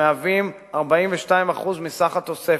המהווים 42% מסך התוספת,